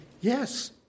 yes